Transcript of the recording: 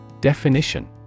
Definition